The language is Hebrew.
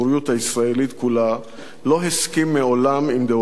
כולה לא הסכים מעולם עם דעותיו של גנדי,